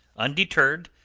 undeterred,